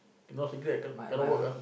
no cigarette can't cannot work ah